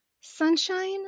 sunshine